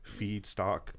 feedstock